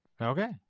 Okay